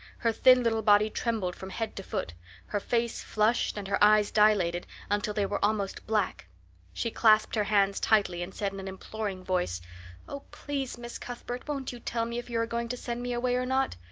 her thin little body trembled from head to foot her face flushed and her eyes dilated until they were almost black she clasped her hands tightly and said in an imploring voice oh, please, miss cuthbert, won't you tell me if you are going to send me away or not?